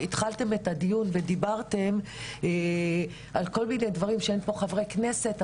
כשהתחלתם את הדיון אתם דיברתם על כל מיני דברים כמו "אין פה חברי כנסת".